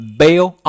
bail